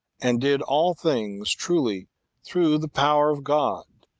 and did all things truly through the power of god,